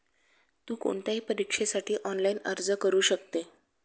तु कोणत्याही परीक्षेसाठी ऑनलाइन अर्ज करू शकते